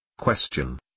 Question